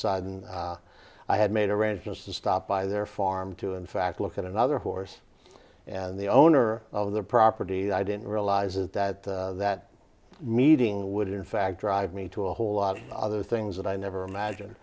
sudden i had made arrangements to stop by their farm to in fact look at another horse and the owner of the property that i didn't realize is that that meeting would in fact drive me to a whole lot of other things that i never imagine